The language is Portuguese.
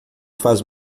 faz